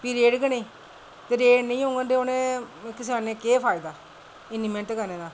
भी रेट गै नेईं रेट निं होङन ते उ'नें किसानें केह् फायदा इन्नी मैह्नत करने दा